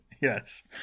Yes